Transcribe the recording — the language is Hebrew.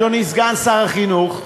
אדוני סגן שר החינוך: